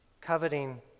Coveting